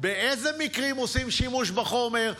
באילו מקרים עושים שימוש בחומר.